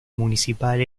municipal